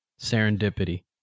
Serendipity